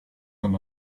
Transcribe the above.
than